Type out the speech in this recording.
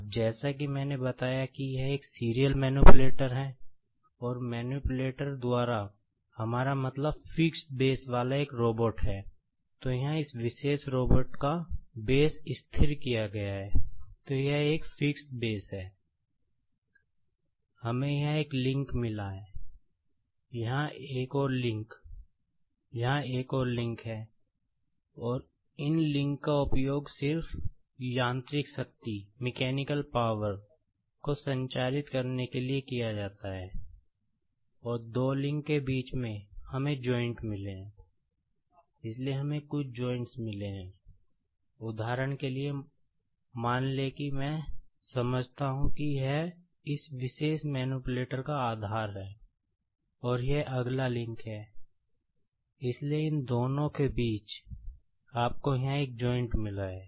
अब जैसा कि मैंने बताया कि यह एक सीरियल मैनिपुलेटर का आधार है और यह अगला लिंक है इसलिए इन दोनों के बीच आपको यहां एक जॉइंट् मिल है